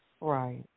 Right